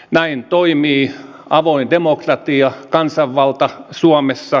näin toimii avoin demokratia kansanvalta suomessa